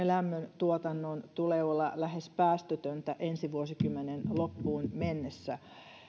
lämmöntuotannon tulee olla lähes päästötöntä ensi vuosikymmenen loppuun mennessä